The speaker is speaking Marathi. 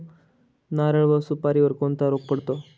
नारळ व सुपारीवर कोणता रोग पडतो?